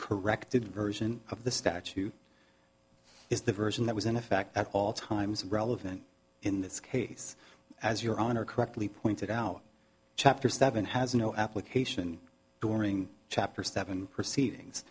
corrected version of the statute is the version that was in effect at all times relevant in this case as your honor correctly pointed out chapter seven has no application during chapter seven proceedings